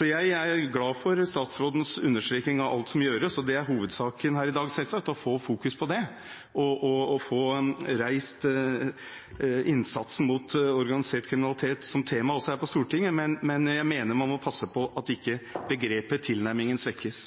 Jeg er glad for statsrådens understreking av alt som gjøres, og det er selvsagt hovedsaken her i dag: å få fokus på det, å få reist innsatsen mot organisert kriminalitet som tema også her på Stortinget. Men jeg mener man må passe på at ikke begrepet og tilnærmingen svekkes.